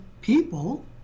people